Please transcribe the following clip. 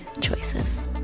choices